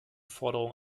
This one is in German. forderung